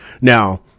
Now